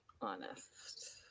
Honest